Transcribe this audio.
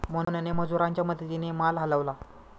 मोहनने मजुरांच्या मदतीने माल हलवला